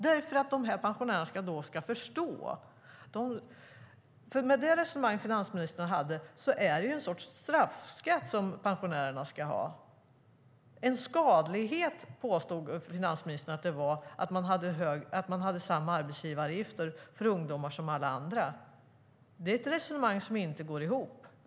Med finansministerns resonemang blir det någon sorts straffskatt som pensionärerna ska betala. Finansministern påstod att det var en skadlighet att ha samma arbetsgivaravgifter för ungdomar som för alla andra. Det är ett resonemang som inte går ihop.